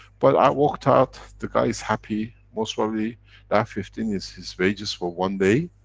but i walked out, the guy is happy, most probably that fifteen is his wages for one day,